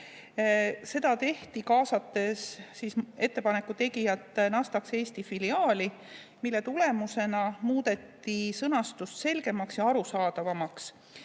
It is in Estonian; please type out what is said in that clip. Seda tehti, kaasates ettepaneku tegijat Nasdaq CSD SE Eesti filiaali. Selle tulemusena muudeti sõnastus selgemaks ja arusaadavamaks.